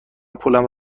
پولم